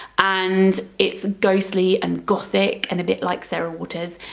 and it's ghostly and gothic and a bit like sarah waters,